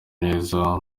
neza